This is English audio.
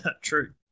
True